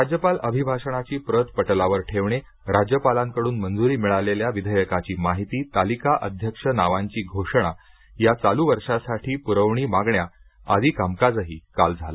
राज्यपाल अभिभाषणाची प्रत पटलावर ठेवणे राज्यपालांकडून मंजुरी मिळालेल्या विधेयकाची माहिती तालिका अध्यक्ष नावांची घोषणा या चालू वर्षासाठी प्रवणी मागण्या आदि कामकाजही काल झालं